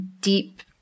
deep